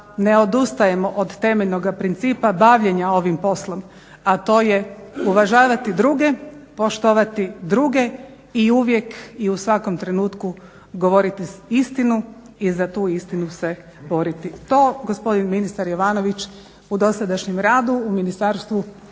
ne odustajemo od temeljnoga principa bavljenja ovim poslom, a to je uvažavati druge, poštovati druge i uvijek i u svakom trenutku govoriti istinu i za tu istinu se boriti. To gospodin ministar Jovanović u dosadašnjem radu u Ministarstvu